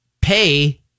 pay